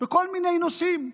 על כל מיני נושאים,